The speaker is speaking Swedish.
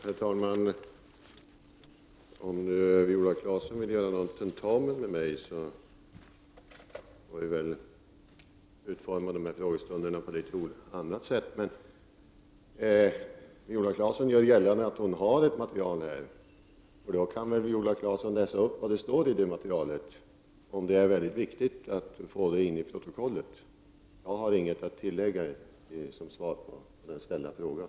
Herr talman! Om Viola Claesson vill göra någon tentamen med mig, får vi väl utforma dessa frågestunder på ett litet annat sätt. Viola Claesson gör gällande att hon har ett material här. Då kan väl Viola Claesson läsa upp vad det står i materialet, om det är mycket viktigt att få in det i protokollet. Jag har inget att tillägga som svar på den ställda frågan.